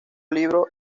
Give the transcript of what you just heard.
libro